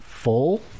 full